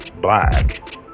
black